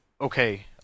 okay